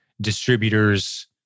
distributors